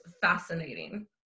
fascinating